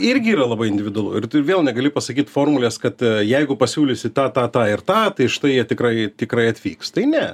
irgi yra labai individualu ir tu vėl negali pasakyt formulės kad jeigu pasiūlysi tą tą ir tą tai štai jie tikrai tikrai atvyks tai ne